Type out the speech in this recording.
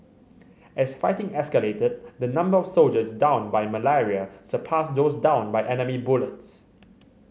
as fighting escalated the number of soldiers downed by malaria surpassed those downed by enemy bullets